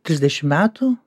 trisdešim metų